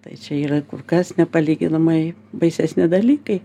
tai čia yra kur kas nepalyginamai baisesni dalykai